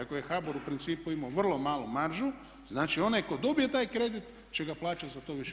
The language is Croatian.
Iako je HBOR u principu imao vrlo malu maržu, znači onaj ko dobije taj kredit će ga plaćati zato više.